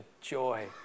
joy